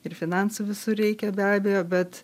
ir finansų visur reikia be abejo bet